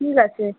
ঠিক আছে